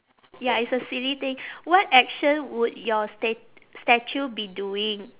ya it's a silly thing what action would your sta~ statue be doing